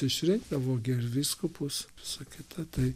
išrinkdavo gi ir vyskupus visa kita tai